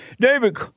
David